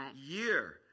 year